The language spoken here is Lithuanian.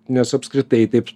nes apskritai taip